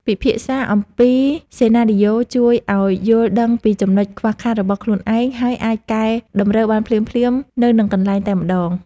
ពិភាក្សាអំពីសេណារីយ៉ូជួយឱ្យយល់ដឹងពីចំណុចខ្វះខាតរបស់ខ្លួនឯង ហើយ អាចកែតម្រូវបានភ្លាមៗនៅនឹងកន្លែងតែម្តង។